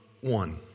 One